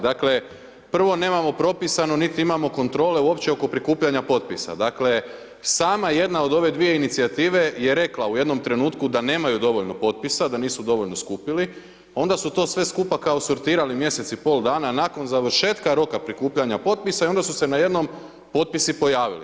Dakle, prvo nemamo propisano niti imamo kontrole uopće oko prikupljanja potpisa, dakle sama jedna od ove dvije inicijative je rekla u jednom trenutku da nemaju dovoljno potpisa, da nisu dovoljno skupili, onda su to sve skupa kao sortirali mjesec i pol dana nakon završetka roka prikupljanja potpisa i onda su se najednom potpisi pojavili.